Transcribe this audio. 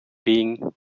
being